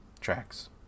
tracks